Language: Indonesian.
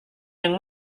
yang